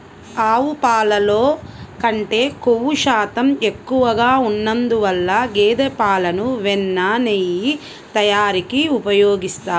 ఆవు పాలల్లో కంటే క్రొవ్వు శాతం ఎక్కువగా ఉన్నందువల్ల గేదె పాలను వెన్న, నెయ్యి తయారీకి ఉపయోగిస్తారు